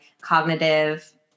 cognitive